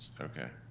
okay.